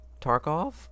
Tarkov